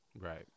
right